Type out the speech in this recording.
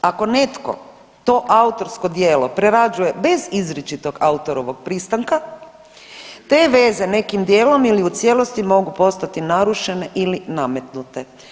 Ako netko to autorsko djelo prerađuje bez izričitog autorovog pristanka te veze nekim dijelom ili u cijelosti mogu postati narušene ili nametnute.